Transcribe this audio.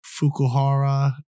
Fukuhara